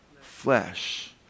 Flesh